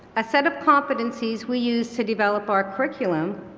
a set of competencies we use to develop our curriculum,